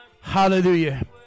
Hallelujah